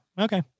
Okay